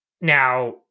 Now